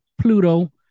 Pluto